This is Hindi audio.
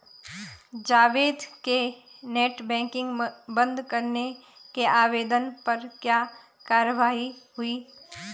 जावेद के नेट बैंकिंग बंद करने के आवेदन पर क्या कार्यवाही हुई?